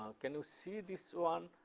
ah can you see this one?